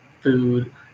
food